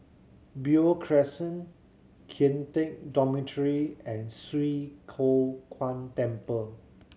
Beo Crescent Kian Teck Dormitory and Swee Kow Kuan Temple